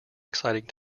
exciting